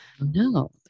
no